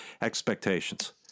expectations